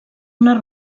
unes